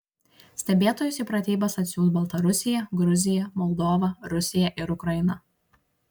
stebėtojus į pratybas atsiųs baltarusija gruzija moldova rusija ir ukraina